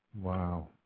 Wow